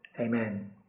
Amen